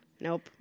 Nope